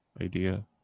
idea